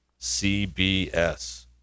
CBS